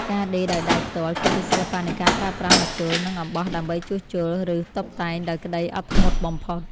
ការដេរដោយដៃផ្ទាល់ គឺជាសិល្បៈនៃការប្រើប្រាស់ម្ជុល និងអំបោះដើម្បីជួសជុល ឬតុបតែងដោយក្តីអត់ធ្មត់បំផុត។